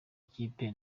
ikipe